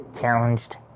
challenged